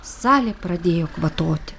salė pradėjo kvatoti